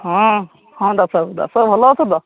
ହଁ ହଁ ଦାସ ବାବୁ ଦାସ ବାବୁ ଭଲ ଅଛ ତ